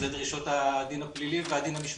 זה דרישות הדין הפלילי והדין המשמעתי.